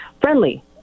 friendly